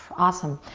awesome.